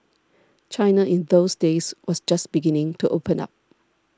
China in those days was just beginning to open up